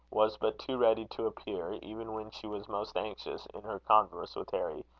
was but too ready to appear, even when she was most anxious, in her converse with harry,